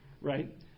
right